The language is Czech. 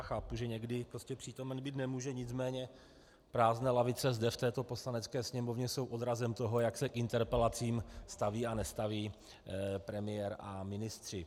Chápu, že někdy prostě přítomen být nemůže, nicméně prázdné lavice zde v této Poslanecké sněmovně jsou odrazem toho, jak se k interpelacím staví a nestaví premiér a ministři.